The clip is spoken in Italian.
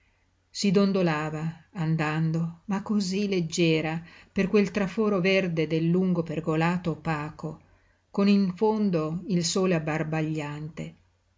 si dondolava andando ma cosí leggera per quel traforo verde del lungo pergolato opaco con in fondo il sole abbarbagliante